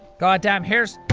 goddamn hairs!